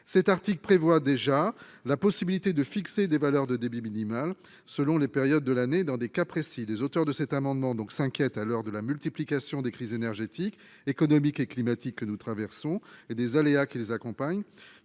cet article prévoit déjà la possibilité de fixer des valeurs de débit minimal selon les périodes de l'année dans des cas précis, les auteurs de cet amendement donc s'inquiète à l'heure de la multiplication des crises : énergétique, économique et climatique que nous traversons et des aléas qui les accompagnent